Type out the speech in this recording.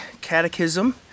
Catechism